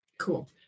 Cool